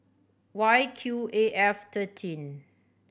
Y Q A F thirteen